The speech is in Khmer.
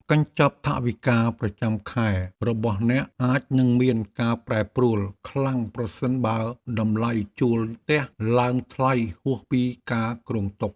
កញ្ចប់ថវិកាប្រចាំខែរបស់អ្នកអាចនឹងមានការប្រែប្រួលខ្លាំងប្រសិនបើតម្លៃជួលផ្ទះឡើងថ្លៃហួសពីការគ្រោងទុក។